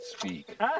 speak